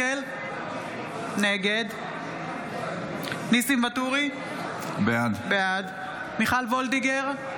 נגד ניסים ואטורי, בעד מיכל מרים וולדיגר,